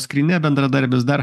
skrynia bendradarbis dar